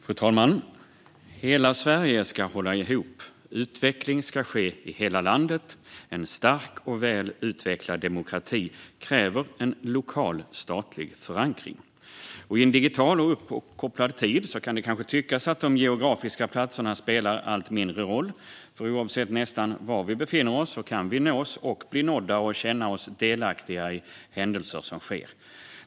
Fru talman! Hela Sverige ska hålla ihop. Utveckling ska ske i hela landet. En stark och väl utvecklad demokrati kräver en lokal statlig förankring. I en digital och uppkopplad tid kan det kanske tyckas som att de geografiska platserna spelar allt mindre roll. Nästan oavsett var vi befinner oss kan vi bli nådda och känna oss delaktiga i händelser som sker.